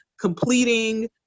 completing